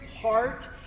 heart